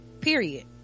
period